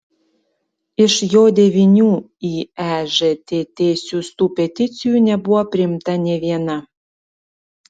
iš jo devynių į ežtt siųstų peticijų nebuvo priimta nė viena